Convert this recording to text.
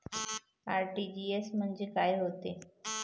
RTGS म्हंजे काय होते?